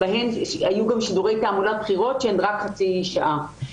היו גם שידורי תעמולת בחירות שהם רק חצי שעה.